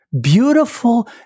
Beautiful